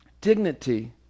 dignity